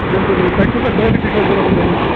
بلکُل بلکُل تۄہہِ کٕژاہ کانٛٹِٹی چھو ضوٚرت حظ اَمہِ نِش